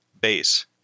base